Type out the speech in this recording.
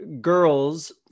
girls